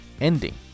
ending